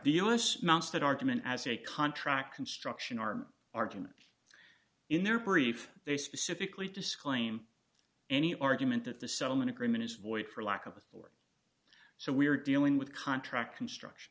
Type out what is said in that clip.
the u s mounts that argument as a contract construction arm argument in their brief they specifically disclaim any argument that the settlement agreement is void for lack of a or so we're dealing with contract construction